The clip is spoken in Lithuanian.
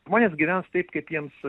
žmonės gyvens taip kaip jiems